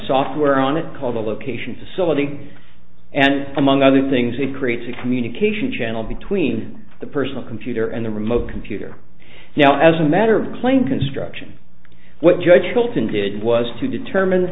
software on it called the location facility and among other things it creates a communication channel between the personal computer and the remote computer you know as a matter of plain construction what judge bolton did was to determine